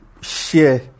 share